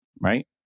right